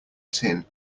tin